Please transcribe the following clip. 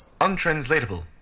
Untranslatable